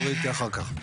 דברי איתי אחר כך.